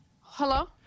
hello